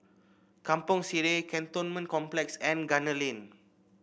Kampong Sireh Cantonment Complex and Gunner Lane